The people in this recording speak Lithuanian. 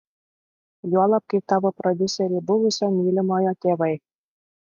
juolab kai tavo prodiuseriai buvusio mylimojo tėvai